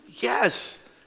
Yes